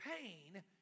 pain